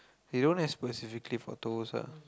they don't have specifically for toes ah